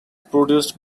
produced